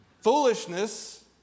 Foolishness